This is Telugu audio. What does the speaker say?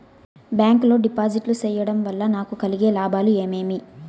బ్యాంకు లో డిపాజిట్లు సేయడం వల్ల నాకు కలిగే లాభాలు ఏమేమి?